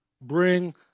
bring